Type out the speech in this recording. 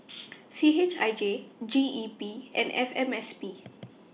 C H I J G E P and F M S P